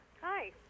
Hi